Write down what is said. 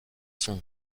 sont